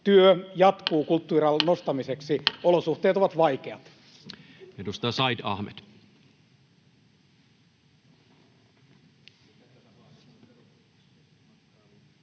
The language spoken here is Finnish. koputtaa] kulttuurialan nostamiseksi. Olosuhteet ovat vaikeat. Edustaja Said Ahmed. Arvoisa